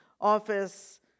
office